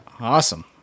Awesome